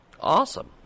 Awesome